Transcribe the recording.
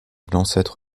pourcentage